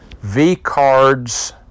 V-Cards